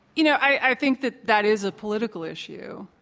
you know, i think that, that is a political issue.